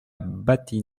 bâtie